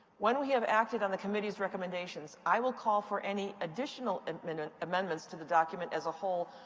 when we have acted on the committee's recommendations, i will call for any additional amendments amendments to the document as a whole,